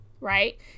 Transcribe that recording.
right